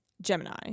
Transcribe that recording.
Gemini